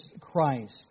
Christ